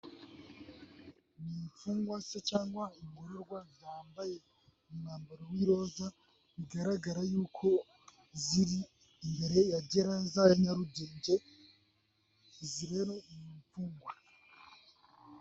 Ni imfungwa se cyangwa ingorororwa zambaye umwambaro w'iroza bigaragara ko ziri imbere ya geraza ya Nyarugenge, izi rero ni imfungwa.